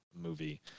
movie